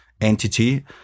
entity